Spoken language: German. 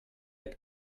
app